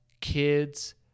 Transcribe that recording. kids